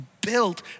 built